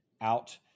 out